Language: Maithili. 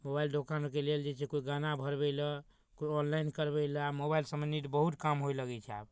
मोबाइल दोकानके लेल जे छै से कोइ गाना भरबैलए कोइ ऑनलाइन करबैलए मोबाइल सम्बन्धित बहुत काम होइ लगै छै आब